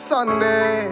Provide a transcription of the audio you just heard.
Sunday